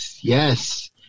Yes